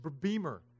beamer